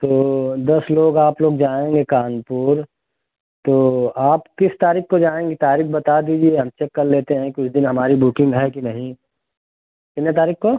तो दस लोग आप लोग जाएँगे कानपुर तो आप किस तारीख़ को जाएँगी तारीख़ बता दीजिए हम चेक कर लेते हैं कि उस दिन हमारी बुकिन्ग है कि नहीं कितने तारीख़ को